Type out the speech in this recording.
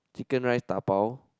chicken rice dabao